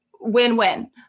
win-win